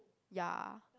ya